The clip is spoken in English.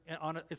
on